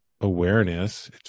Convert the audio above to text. awareness